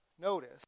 Notice